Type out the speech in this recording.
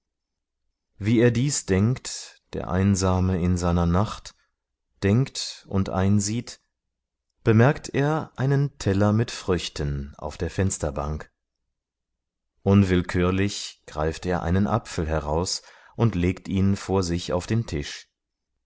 wie er dies denkt der einsame in seiner nacht denkt und einsieht bemerkt er einen teller mit früchten auf der fensterbank unwillkürlich greift er einen apfel heraus und legt ihn vor sich auf den tisch